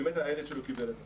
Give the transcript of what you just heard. הילד שלו קיבל את זה.